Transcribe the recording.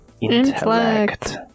intellect